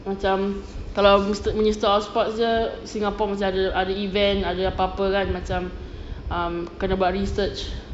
macam kalau minis~ minister of sports dia singapore macam macam ada event ada apa-apa kan macam um kena buat research